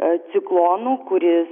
a ciklonu kuris